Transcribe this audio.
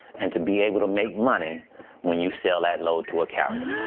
and to be able to make money when you sell that load to a carrier.